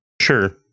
Sure